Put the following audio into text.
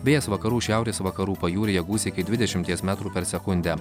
vėjas vakarų šiaurės vakarų pajūryje gūsiai iki dvidešimties metrų per sekundę